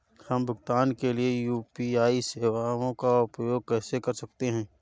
हम भुगतान के लिए यू.पी.आई सेवाओं का उपयोग कैसे कर सकते हैं?